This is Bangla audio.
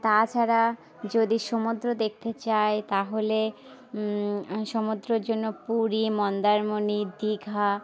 তা ছাড়া যদি সমুদ্র দেখতে চাই তা হলে সমুদ্রর জন্য পুরী মন্দারমণি দীঘা